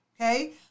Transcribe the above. Okay